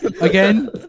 again